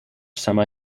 semi